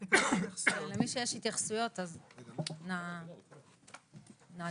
למי שיש התייחסויות אז נא להעיר.